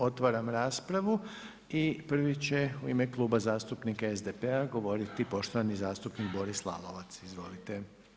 Otvaram raspravu i prvi će u ime Kluba zastupnika SDP-a govoriti poštovani zastupnik Boris Lalovac, izvolite.